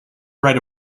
write